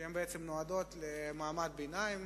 שנועדות למעמד הביניים,